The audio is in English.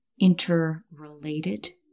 interrelated